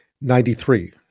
Ninety-three